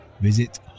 Visit